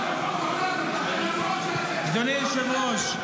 --- אדוני היושב-ראש,